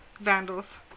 vandals